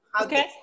Okay